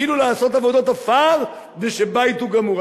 שהתחילו לעשות עבודות עפר ושהבית גמור,